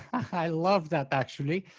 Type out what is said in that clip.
i love that actually.